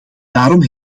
daarom